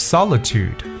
Solitude